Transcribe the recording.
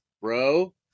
bro